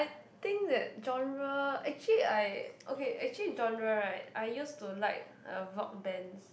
I think that genre actually I okay actually genre right I used to like uh rock bands